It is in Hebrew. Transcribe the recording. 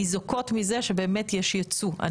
ניזוקות מזה שיש יצוא?